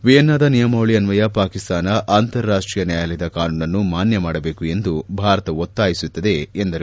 ವಿಯೆನ್ನಾದ ನಿಯಮಾವಳಿ ಅನ್ವಯ ಪಾಕಿಸ್ತಾನ ಅಂತಾರಾಷ್ಷೀಯ ನ್ಯಾಯಾಲಯದ ಕಾನೂನನ್ನು ಮಾನ್ಯ ಮಾಡಬೇಕು ಎಂದು ಭಾರತ ಒತ್ತಾಯಿಸುತ್ತದೆ ಎಂದರು